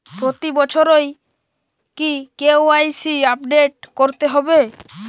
প্রতি বছরই কি কে.ওয়াই.সি আপডেট করতে হবে?